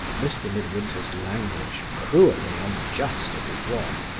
mr. midwinter's language, cruelly unjust as it was,